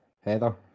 Heather